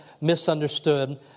misunderstood